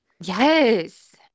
Yes